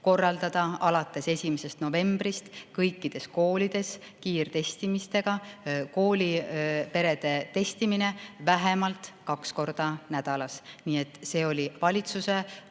korraldada alates 1. novembrist kõikides koolides kiirtestimine ehk kooliperede testimine vähemalt kaks korda nädalas. Nii et see oli valitsuse